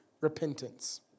repentance